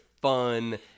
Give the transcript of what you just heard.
fun